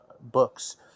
books